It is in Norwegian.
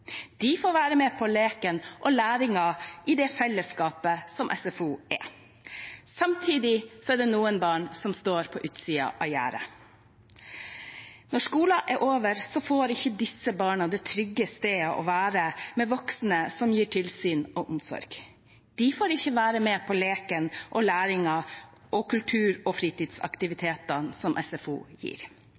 De får være med på leken og læringen i det fellesskapet som SFO er. Samtidig er det noen barn som står på utsiden av gjerdet. Når skolen er over, får ikke disse barna det trygge stedet å være med voksne som gir tilsyn og omsorg. De får ikke være med på leken, læringen og kultur- og fritidsaktivitetene som SFO gir.